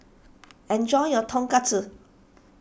enjoy your Tonkatsu